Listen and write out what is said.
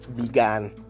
began